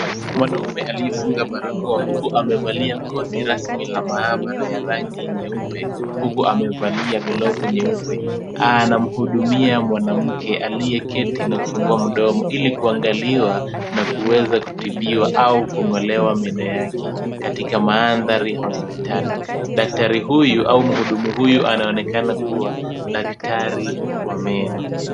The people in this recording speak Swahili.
Mwanaume aliyefunga barakoa huku amevalia koti rasmi ya maabara ya rangi nyeupe huku amevalia glovu nyeupe, anamhudumia mwanamke aliyeketi na kufungua mdomo ili kuangaliwa na kuweza kutibiwa au kung'olewa meno yake katika mandhari ya hospitali. Daktari huyu au mhudumu huyu anaonekana kuwa daktari wa meno.